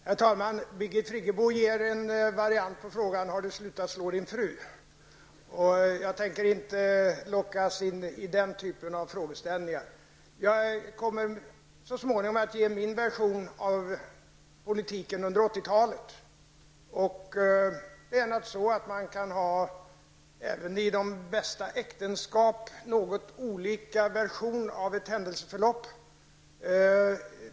Herr talman! Birgit Friggebo ger en variant på frågan: Har du slutat att slå din fru? Jag tänker inte lockas in i den typen av frågeställningar. Jag kommer så småningom att ge min version av politiken under 1980-talet. Man kan även i de bästa äktenskap ha något olika versioner av ett händelseförlopp.